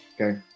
Okay